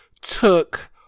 took